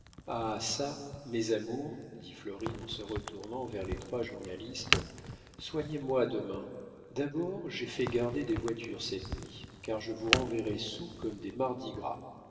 ah çà mes amours dit florine en se retournant vers les trois journalistes soignez moi demain d'abord j'ai fait garder des voitures cette nuit car je vous renverrai soûls comme des mardi-gras